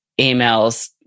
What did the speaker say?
emails